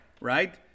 right